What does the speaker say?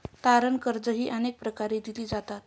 तारण कर्जेही अनेक प्रकारे दिली जातात